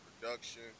Production